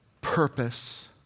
purpose